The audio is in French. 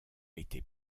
été